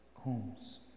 homes